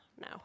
no